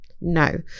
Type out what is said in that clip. No